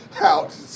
out